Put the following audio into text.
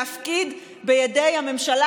להפקיד בידי בממשלה,